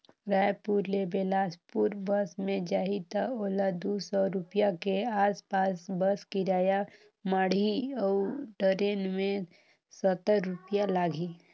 रायपुर ले बेलासपुर बस मे जाही त ओला दू सौ रूपिया के आस पास बस किराया माढ़ही अऊ टरेन मे सत्तर रूपिया लागही